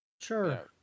Sure